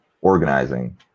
organizing